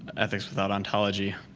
ethics without ontology.